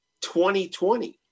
2020